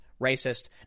racist